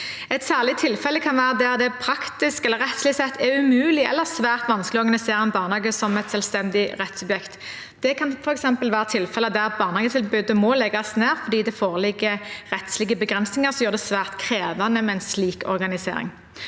Et særlig tilfelle kan være der det praktisk eller rettslig sett er umulig eller svært vanskelig å organisere en barnehage som et selvstendig rettssubjekt. Det kan f.eks. være tilfeller der barnehagetilbudet må legges ned fordi det foreligger rettslige begrensninger som gjør det svært krevende med en slik organisering.